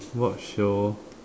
what show